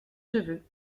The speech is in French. cheveux